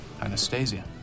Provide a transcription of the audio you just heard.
Anastasia